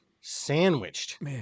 sandwiched